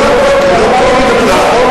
אבל לא כל דבר,